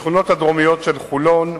השכונות הדרומית של חולון,